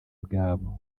bwabo